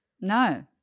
No